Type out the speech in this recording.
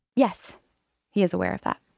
yes he is aware of that